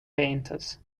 painters